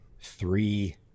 three